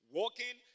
walking